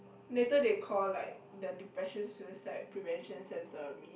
later they call like the depression suicide prevention center on me